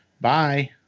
Bye